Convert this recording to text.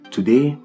Today